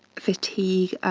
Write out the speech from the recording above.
fatigue,